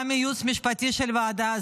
גם מהייעוץ המשפטי של הוועדה.